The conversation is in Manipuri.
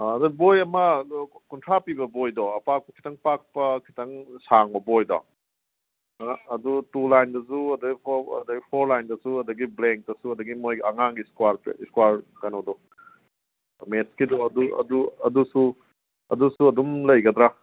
ꯑꯗ ꯕꯣꯏ ꯑꯃ ꯀꯨꯟꯊ꯭ꯔꯥ ꯄꯤꯕ ꯕꯣꯏꯗꯣ ꯑꯄꯥꯛꯄ ꯈꯤꯇꯪ ꯄꯥꯛꯄ ꯈꯤꯇꯪ ꯁꯥꯡꯕ ꯕꯣꯏꯗꯣ ꯑꯥ ꯑꯗꯨ ꯇꯨ ꯂꯥꯏꯟꯗꯁꯨ ꯑꯗꯒꯤ ꯐꯣꯔ ꯑꯗꯒꯤ ꯐꯣꯔ ꯂꯥꯏꯟꯗꯁꯨ ꯑꯗꯒꯤ ꯕ꯭ꯂꯦꯡꯗꯁꯨ ꯑꯗꯒꯤ ꯃꯣꯏꯒꯤ ꯑꯉꯥꯡꯒꯤ ꯏꯁꯀ꯭ꯋꯥꯔ ꯀꯩꯅꯣꯗꯣ ꯃꯦꯠꯀꯤꯗꯣ ꯑꯗꯨꯁꯨ ꯑꯗꯨꯁꯨ ꯑꯗꯨꯝ ꯂꯩꯒꯗ꯭ꯔꯥ